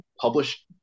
published